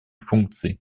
функций